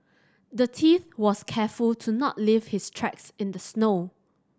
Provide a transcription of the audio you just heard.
the thief was careful to not leave his tracks in the snow